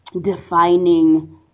defining